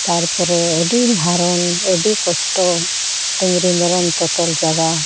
ᱛᱟᱨᱯᱚᱨᱮ ᱟᱹᱰᱤ ᱦᱟᱨᱚᱱ ᱟ ᱰᱤ ᱠᱚᱥᱴᱚ ᱰᱟᱝᱨᱤ ᱢᱮᱨᱚᱢ ᱛᱚᱛᱚᱞ ᱡᱟᱜᱟ